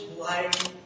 life